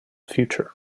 future